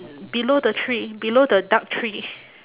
below the tree below the dark tree